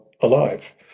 alive